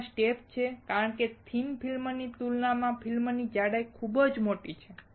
ત્યાં સ્ટેપ છે કારણ કે થિન ફિલ્મની તુલનામાં ફિલ્મની જાડાઈ ખૂબ મોટી છે